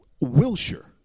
Wilshire